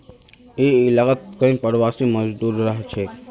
ई इलाकात कई प्रवासी मजदूर रहछेक